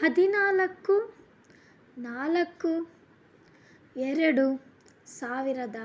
ಹದಿನಾಲ್ಕು ನಾಲ್ಕು ಎರಡು ಸಾವಿರದ